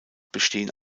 bestehen